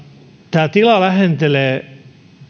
tämä tila lähentelee